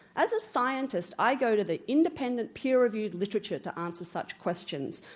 as a scientist i go to the independent, peer-reviewed literature to answer such questions,